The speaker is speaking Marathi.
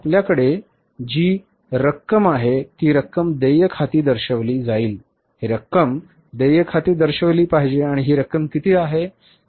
आपल्याकडे जी रक्कम आहे ती रक्कम देय खाती दर्शविली जाईल ही रक्कम देय खाती दर्शविली पाहिजे आणि ही रक्कम किती आहे